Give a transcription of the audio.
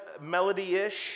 melody-ish